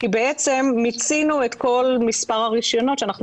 כי בעצם מיצינו את כל מספר הרישיונות שאנחנו